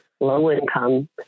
low-income